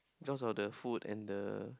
because of the food and the